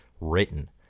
written